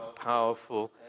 powerful